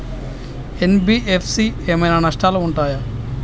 NBFC ఏమైనా నష్టాలు ఉంటయా?